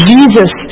Jesus